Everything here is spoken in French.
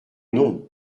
nom